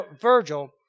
Virgil